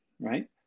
Right